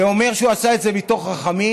ואומר שהוא עשה את זה מתוך רחמים,